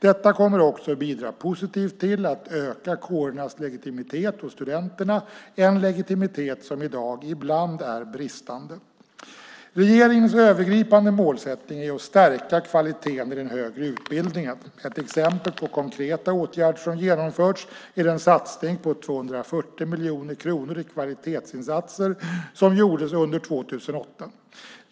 Detta kommer också att bidra positivt till att öka kårernas legitimitet hos studenterna, en legitimitet som i dag ibland är bristande. Regeringens övergripande målsättning är att stärka kvaliteten i den högre utbildningen. Ett exempel på konkreta åtgärder som genomförts är den satsning på 240 miljoner kronor till kvalitetsinsatser som gjordes under 2008.